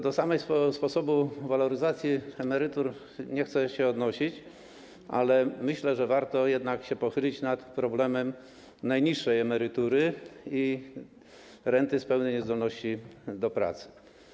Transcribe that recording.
Do samego sposobu waloryzacji emerytur nie chcę się odnosić, ale myślę, że warto jednak pochylić się nad problemem najniższej emerytury i renty z tytułu pełnej niezdolności do pracy.